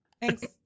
Thanks